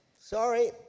sorry